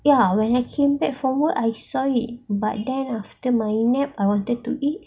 ya when I came back from work I saw it but then after my nap I wanted to eat